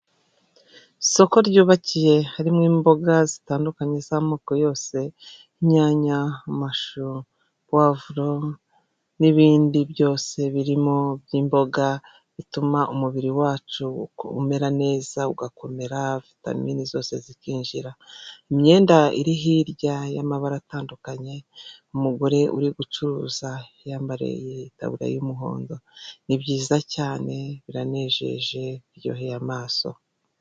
Isoko ryubakiye harimo imboga zitandukanye z'amoko yose, inyanya, amashu, pavuro n'ibindi byose birimo by'imboga bituma umubiri wacu umera neza ugakomera vitamine zose zikinjira, imyenda iri hirya y'amabara atandukanye, umugore uri gucuruza yimbariye itaburiya y'umuhondo ni byiza cyane biranejeje biryoheye amaso.